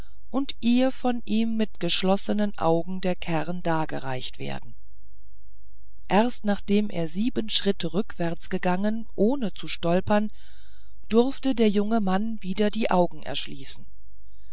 und ihr von ihm mit geschlossenen augen der kern dargereicht werden erst nachdem er sieben schritte rückwärts gegangen ohne zu stolpern durfte der junge mann wieder die augen erschließen